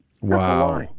Wow